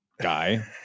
guy